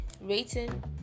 rating